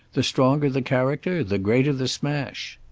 the stronger the character the greater the smash.